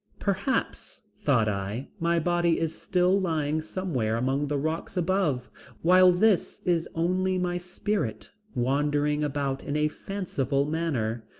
perhaps, thought i, my body is still lying somewhere among the rocks above while this is only my spirit wandering about in a fanciful manner.